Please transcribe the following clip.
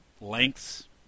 lengths